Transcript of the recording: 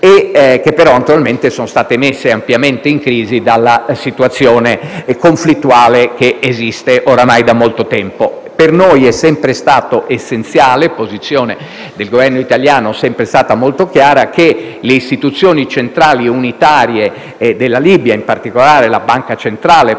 che però sono state messe ampiamente in crisi dalla situazione conflittuale che esiste oramai da molto tempo. Per noi è sempre stato essenziale - e la posizione del Governo italiano è sempre stata molto chiara al riguardo - che le istituzioni centrali unitarie della Libia, in particolare la Banca centrale per la parte